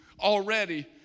already